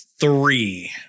three